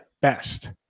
best